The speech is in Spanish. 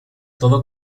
todo